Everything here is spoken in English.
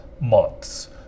months